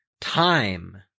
time